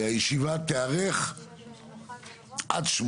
נצטרך לדון בו בדיוק שלו כי לדעתנו אתם מאפשרים שם